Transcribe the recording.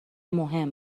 مهم